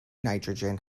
nitrogen